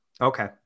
Okay